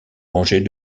rangées